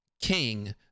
king